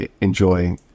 enjoy